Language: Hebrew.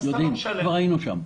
כבר היינו שם.